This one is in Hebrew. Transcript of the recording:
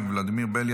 ולדימיר בליאק,